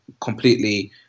completely